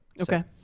okay